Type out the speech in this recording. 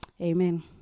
Amen